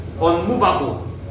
unmovable